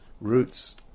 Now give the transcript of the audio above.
roots